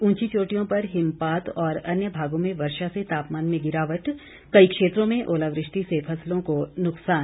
ऊंची चोटियों पर हिमपात और अन्य भागों में वर्षा से तापमान में गिरावट कई क्षेत्रों में ओलावृष्टि से फसलों को नुक्सान